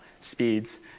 speeds